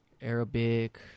Arabic